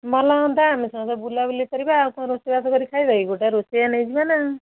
ଭଲ ହୁଅନ୍ତା ଆମେ ସମସ୍ତେ ବୁଲାବୁଲି କରିବା ଆଉ କ'ଣ ରୋଷେଇବାସ କରି ଖାଇବା କି ଗୋଟେ ରୋଷେୟା ନେଇଯିବା ନା